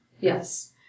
Yes